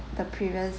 the previous